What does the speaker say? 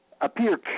appear